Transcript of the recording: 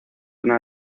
una